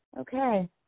Okay